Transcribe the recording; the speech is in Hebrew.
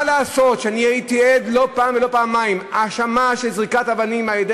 מה לעשות שאני הייתי עד לא פעם ולא פעמיים להאשמה של זריקת אבנים על-ידי